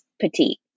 petite